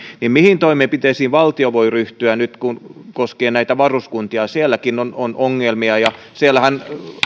mihin toimenpiteisiin valtio voi ryhtyä nyt koskien näitä varuskuntia sielläkin on on ongelmia ja siellähän